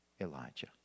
Elijah